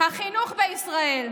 החינוך בישראל.